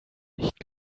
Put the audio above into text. nicht